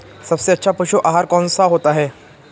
सबसे अच्छा पशु आहार कौन सा होता है?